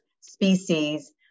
species